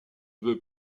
veut